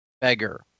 Beggar